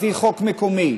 לפי חוק מקומי,